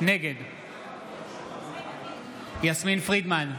נגד יסמין פרידמן,